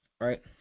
right